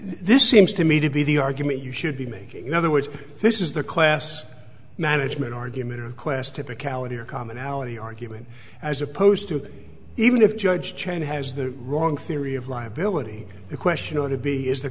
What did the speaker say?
this seems to me to be the argument you should be making in other words this is the class management argument or class typicality or commonality argument as opposed to even if judge chain has the wrong theory of liability the question ought to be is the